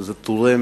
וזה תורם